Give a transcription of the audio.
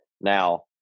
now